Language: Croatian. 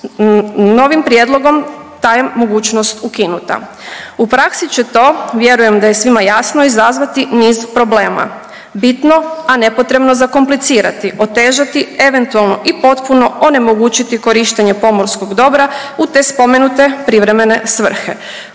novim prijedlogom ta je mogućnost ukinuta. U praksi će to, vjerujem da je svima jasno, izazvati niz problema, bitno, a nepotrebno zakomplicirati, otežati, eventualno i potpuno onemogućiti korištenje pomorskog dobra u te spomenute privremene svrhe